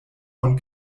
von